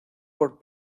por